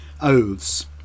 oaths